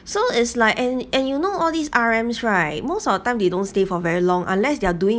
so is like and and you know all these R_M right most of the time they don't stay for very long unless they're doing